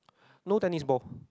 no tennis ball